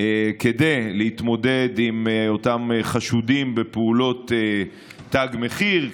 כדי להתמודד עם אותם חשודים בפעולות תג מחיר,